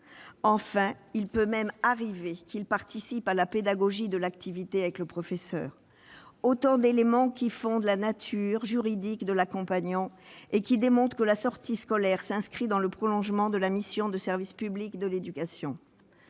classe. Il peut même arriver qu'il participe à la pédagogie de l'activité avec le professeur. Ce sont autant d'éléments qui fondent la nature juridique de l'accompagnant et qui démontrent que la sortie scolaire s'inscrit dans le prolongement de la mission de service public de l'éducation.